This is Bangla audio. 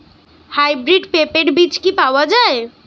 হাইব্রিড পেঁপের বীজ কি পাওয়া যায়?